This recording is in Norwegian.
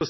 og